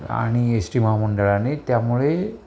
आणि एश्टी महा मंडळाने त्यामुळे